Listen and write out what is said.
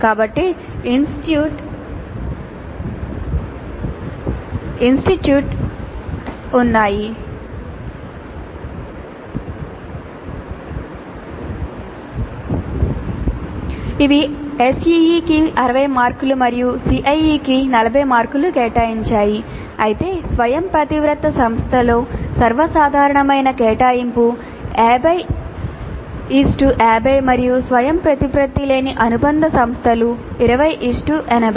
కాబట్టి ఇన్స్టిట్యూట్స్ ఉన్నాయి ఇవి SEE కి 60 మార్కులు మరియు CIE కి 40 మార్కులు కేటాయించాయి అయితే స్వయంప్రతిపత్త సంస్థలో సర్వసాధారణమైన కేటాయింపు 5050 మరియు స్వయంప్రతిపత్తి లేని అనుబంధ సంస్థలు 2080